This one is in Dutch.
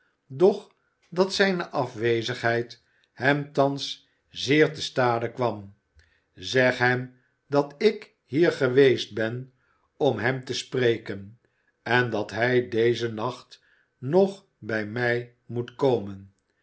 doch dat zijne afwezigheid hem thans zeer te stade kwam zeg hem dat ik hier geweest ben om hem te spreken en dat hij dezen nacht nog bij mij moet komen